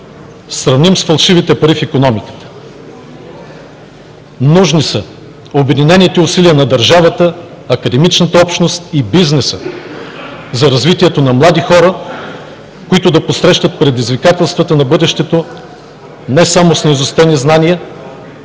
сравним с фалшивите пари в икономиката. Нужни са обединените усилия на държавата, академичната общност и бизнеса за развитието на млади хора, които да посрещат предизвикателствата на бъдещето не само с наизустени знания,